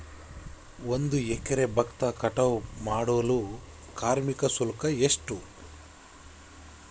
ಒಂದು ಎಕರೆ ಭತ್ತ ಕಟಾವ್ ಮಾಡಲು ಕಾರ್ಮಿಕ ಶುಲ್ಕ ಎಷ್ಟು?